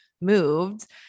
moved